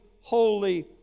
holy